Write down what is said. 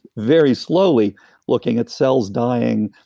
very slowly looking at cells dying,